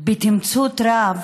בתמצות רב,